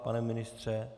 Pane ministře?